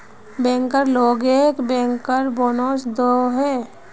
banker लोगोक bank bonus दोहों